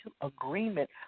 agreement